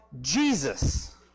Jesus